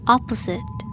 Opposite